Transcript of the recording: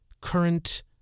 current